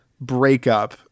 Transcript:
breakup